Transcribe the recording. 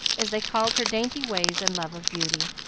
as they called her dainty ways and love of beauty.